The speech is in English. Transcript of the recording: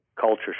culture